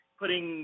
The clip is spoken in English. putting